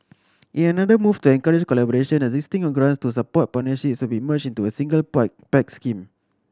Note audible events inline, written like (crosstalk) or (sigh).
in another move to encourage collaboration existing grants to support (unintelligible) will be merged into a single Pact scheme